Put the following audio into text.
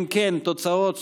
אם כן, תוצאות סופיות: